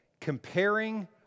Comparing